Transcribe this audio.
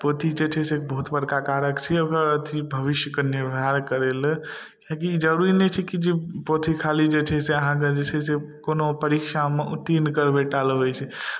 पोथी जे छै से बहुत बड़का कारक छियै ओकर अथी भविष्यके निर्धारण करै लए किएककि जरूरी नहि छै कि जे पोथी खाली जे छै से आहाँके जे छै से कोनो परीक्षामे उत्तीर्ण करबै टा लए होइछै